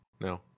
No